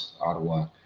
Ottawa